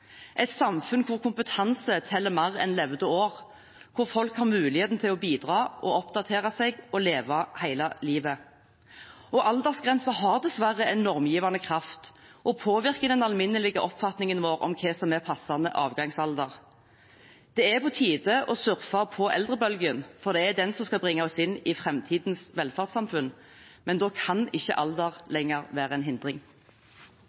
et samfunn hvor kompetanse teller mer enn levde år, hvor folk har mulighet til å bidra, oppdatere seg og leve hele livet. Aldersgrenser har dessverre en normgivende kraft og påvirker den alminnelige oppfatningen vår om hva som er passende avgangsalder. Det er på tide å surfe på eldrebølgen, for det er den som skal bringe oss inn i framtidens velferdssamfunn, men da kan ikke alder lenger være en hindring.